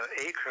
acre